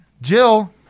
Jill